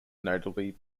notably